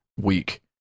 week